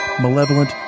malevolent